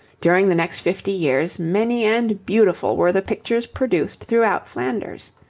during the next fifty years many and beautiful were the pictures produced throughout flanders.